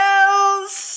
else